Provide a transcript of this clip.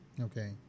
okay